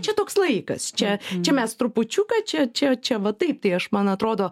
čia toks laikas čia čia mes trupučiuką čia čia čia va taip tai aš man atrodo